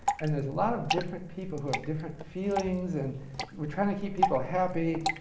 and there's a lot of different people, who have different feelings. and we're trying to keep people happy.